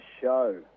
show